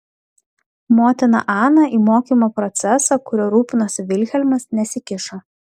motina ana į mokymo procesą kuriuo rūpinosi vilhelmas nesikišo